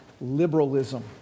Liberalism